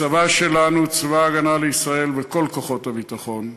הצבא שלנו, צבא הגנה לישראל, וכל כוחות הביטחון,